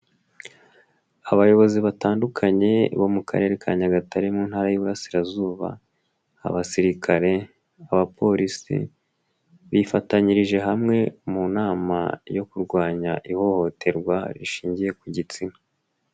Abayobozi batandukanye bo mu Karere ka Nyagatare, mu Ntara y'Iburasirazuba, abasirikare, abapolisi, bifatanyirije hamwe mu nama yo kurwanya ihohoterwa, rishingiye ku gitsina.